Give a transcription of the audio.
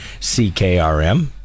CKRM